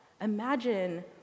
imagine